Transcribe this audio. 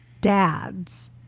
dads